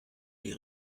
die